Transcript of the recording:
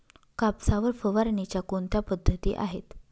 कापसावर फवारणीच्या कोणत्या पद्धती आहेत?